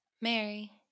Mary